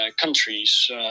countries